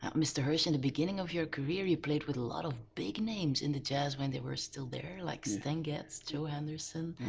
um mr. hersch in the beginning of your career you played with a lot of big names in the jazz when they were still there. like stan getz, joe henderson.